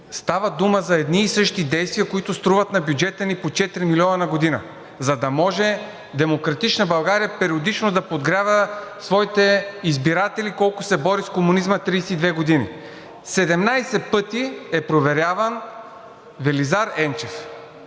става дума за едни и същи действия, които струват на бюджета ни по 4 милиона на година, за да може „Демократична България“ периодично да подгрява своите избиратели колко се бори с комунизма – 32 години. 17 пъти е проверяван Велизар Енчев,